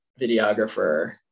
videographer